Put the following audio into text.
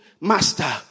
master